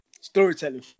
Storytelling